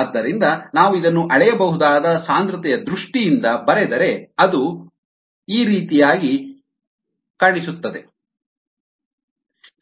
ಆದ್ದರಿಂದ ನಾವು ಇದನ್ನು ಅಳೆಯಬಹುದಾದ ಸಾಂದ್ರತೆಯ ದೃಷ್ಟಿಯಿಂದ ಬರೆದರೆ ಅದು KyyAG yA KxxA xAL